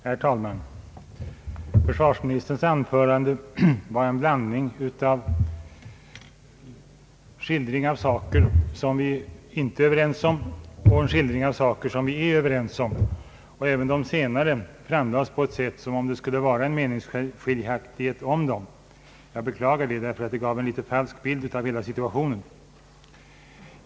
Herr talman! Försvarsministerns anförande bestod dels av en skildring av frågor där vi inte är överens och dels av en skildring av frågor där vi är överens. Även de senare framlades på ett sätt som om det skulle råda meningsskiljaktigheter även i dem. Jag beklagar detta, därför att det gav en falsk bild av situationen.